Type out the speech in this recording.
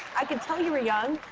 i could tell you were young,